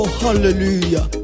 hallelujah